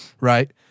right